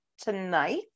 tonight